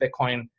Bitcoin